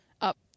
up